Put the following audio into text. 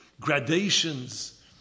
gradations